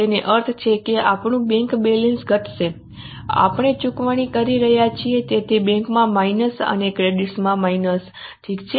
તેનો અર્થ એ કે આપણું બેંક બેલેન્સ ઘટી જશે આપણે ચૂકવણી કરી રહ્યા છીએ તેથી બેંકમાં માઈનસ અને ક્રેડિટર્સ માં માઈનસ ઠીક છે